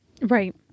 Right